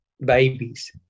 babies